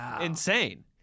insane